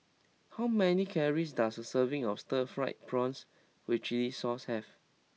how many calories does a serving of Stir Fried Prawns with Chili Sauce have